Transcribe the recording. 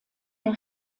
der